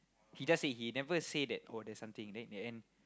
he just say he never say that oh there's something then in the end